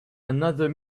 another